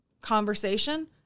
conversation